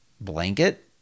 Blanket